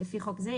לפי חוק זה,